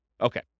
Okay